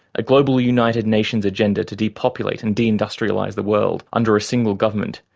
a global united nations agenda to depopulate and deindustrialise the world under a single government,